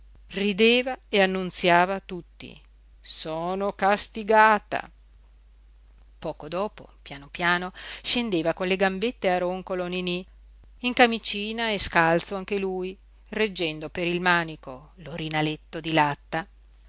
rideva e annunziava a tutti sono castigata poco dopo piano piano scendeva con le gambette a roncolo niní in camicina e scalzo anche lui reggendo per il manico l'orinaletto di latta